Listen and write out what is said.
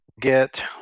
get